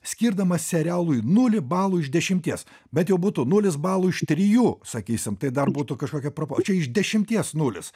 skirdamas serialui nulį balų iš dešimties bet jau būtų nulis balų iš trijų sakysim tai dar būtų kažkokia propo o čia iš dešimties nulis